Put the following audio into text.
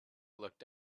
looked